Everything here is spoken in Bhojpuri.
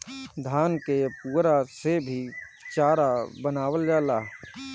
धान के पुअरा से भी चारा बनावल जाला